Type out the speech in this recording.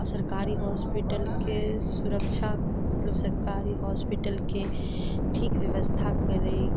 आ सरकारी हॉस्पिटलके सुरक्षा मतलब सरकारी हॉस्पिटलके ठीक ब्यवस्था करै